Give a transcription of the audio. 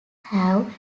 have